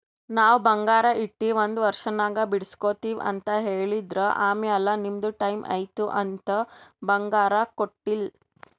ನಾವ್ ಬಂಗಾರ ಇಟ್ಟಿ ಒಂದ್ ವರ್ಷನಾಗ್ ಬಿಡುಸ್ಗೊತ್ತಿವ್ ಅಂತ್ ಹೇಳಿದ್ರ್ ಆಮ್ಯಾಲ ನಿಮ್ದು ಟೈಮ್ ಐಯ್ತ್ ಅಂತ್ ಬಂಗಾರ ಕೊಟ್ಟೀಲ್ಲ್